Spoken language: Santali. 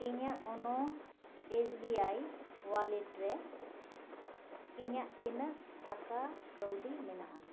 ᱤᱧᱟᱹᱜ YONO S B I wallet ᱨᱮ ᱤᱧᱟᱹᱜ ᱛᱤᱱᱟ ᱜ ᱴᱟᱠᱟ ᱠᱟᱹᱣᱰᱤ ᱢᱮᱱᱟᱜᱼᱟ